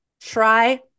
try